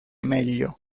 meglio